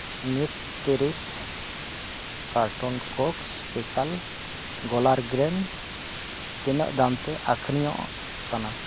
ᱱᱤᱴ ᱛᱤᱨᱤᱥ ᱠᱟᱨᱴᱚᱱ ᱠᱚᱠᱥ ᱥᱯᱮᱥᱟᱞ ᱜᱚᱞᱟᱨ ᱜᱨᱮᱱ ᱛᱤᱱᱟᱹᱜ ᱫᱟᱢ ᱛᱮ ᱟᱹᱠᱷᱨᱤᱧᱚᱜ ᱠᱟᱱᱟ